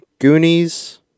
Goonies